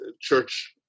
church